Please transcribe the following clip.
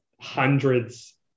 hundreds